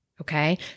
okay